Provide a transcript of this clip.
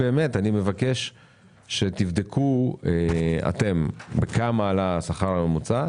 אני מבקש שתבדקו בכמה עלה השכר הממוצע,